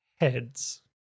heads